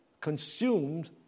consumed